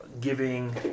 giving